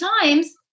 times